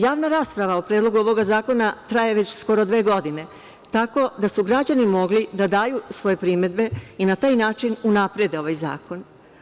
Javna rasprava o predlogu ovog zakona traje već skoro dve godine, tako da su građani mogli da daju svoje primedbe i na taj način unaprede ovaj zakon.